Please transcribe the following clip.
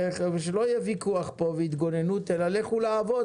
שלא יהיו פה ויכוח והתגוננות אלא לכו לעבוד,